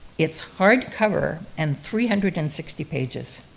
it's hard-cover, and three hundred and sixty pages.